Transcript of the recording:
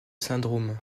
syndrome